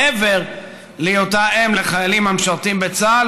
מעבר להיותה אם לחיילים המשרתים בצה"ל